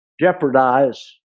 jeopardize